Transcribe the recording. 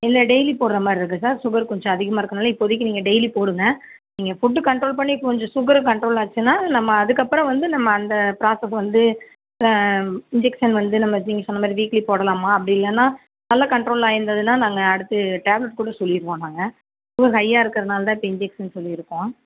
இல்லை டெய்லி போடுகிற மாதிரி இருக்கும் சுகர் கொஞ்சம் அதிகமாக இருக்கனால் இப்போதைக்கு நீங்கள் டெய்லி போடுங்க நீங்கள் ஃபுட் கன்ட்ரோல் பண்ணி இப்போ கொஞ்சம் சுகர் கன்ட்ரோல் ஆச்சுனால் நம்ம அதுக்கப்புறம் வந்து நம்ம அந்த பிராஸஸ் வந்து இன்ஜக்க்ஷன் வந்து நம்ம நீங்கள் சொன்ன மாதிரி வீக்லி போடலாமா அப்படி இல்லைனா நல்லா கன்ட்ரோல் ஆகிருந்ததுனா நாங்கள் அடுத்து டேப்ளட் கூட சொல்லிடுவோம் நாங்கள் சுகர் ஹையாக இருக்கிறனால்தான் இப்போ இன்ஜெக்க்ஷன் சொல்லி இருக்கோம்